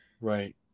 Right